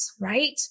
right